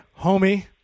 homie